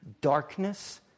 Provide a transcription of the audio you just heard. darkness